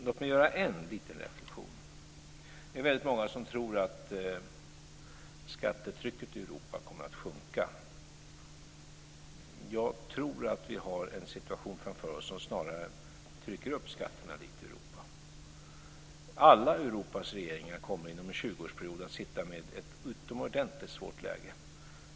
Låt mig göra en liten reflexion. Det är väldigt många som tror att skattetrycket i Europa kommer att sjunka. Jag tror att vi har en situation framför oss som snarare trycker upp skatterna lite i Europa. Alla Europas regeringar kommer inom en 20-årsperiod att sitta i ett utomordentligt svårt läge.